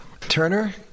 Turner